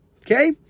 okay